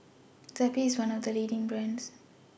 Zappy IS one of The leading brands